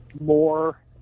more